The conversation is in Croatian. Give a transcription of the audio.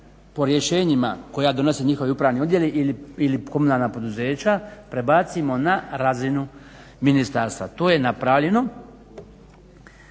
po rješenjima koja donose njihovi upravni odjeli ili komunalna poduzeća prebacimo na razinu ministarstva. To je napravljeno.